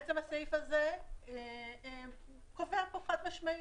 בעצם הסעיף הזה קובע פה חד משמעית: